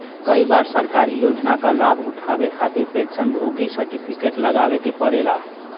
कई बार सरकारी योजना क लाभ उठावे खातिर पेंशन भोगी सर्टिफिकेट लगावे क पड़ेला